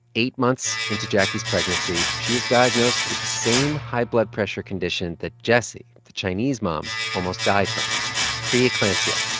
eight months into jacquie's pregnancy, she is diagnosed with the same high blood pressure condition that jessie, the chinese mom, almost died from pre-eclampsia.